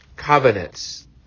covenants